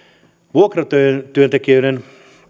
vuokratyöntekijöiden